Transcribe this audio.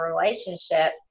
relationship